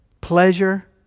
Pleasure